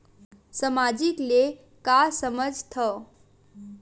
सामाजिक ले का समझ थाव?